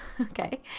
Okay